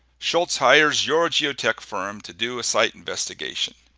schultz hires your geotech firm to do a site investigation.